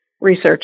research